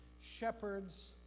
shepherds